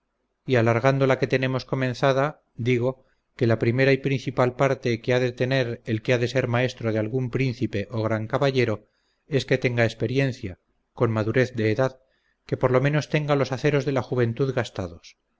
y alargando la que tenemos comenzada digo que la primera y principal parte que ha de tener el que ha de ser maestro de algún príncipe o gran caballero es que tenga experiencia con madurez de edad que por lo menos tenga los aceros de la juventud gastados